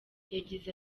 yagize